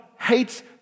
hates